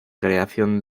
creación